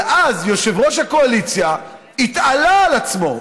אבל אז יושב-ראש הקואליציה התעלה על עצמו.